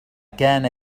كان